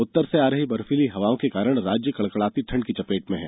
उत्तर से आ रही बर्फीली हवा के कारण राज्य कड़कड़ाती ठंड की चपेट में है